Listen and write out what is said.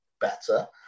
better